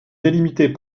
délimitée